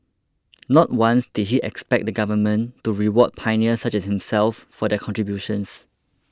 not once did he expect the Government to reward pioneers such as himself for their contributions